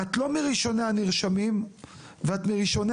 את לא מראשוני הנרשמים ואת מראשוני